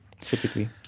typically